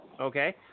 Okay